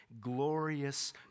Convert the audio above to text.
glorious